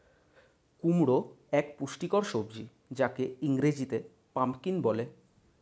কুমড়ো এক পুষ্টিকর সবজি যাকে ইংরেজিতে পাম্পকিন বলে